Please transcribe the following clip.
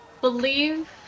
believe